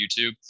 YouTube